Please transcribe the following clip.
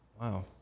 Wow